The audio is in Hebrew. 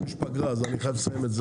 כי יש פגרה ואני חייב לסיים את זה.